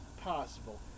possible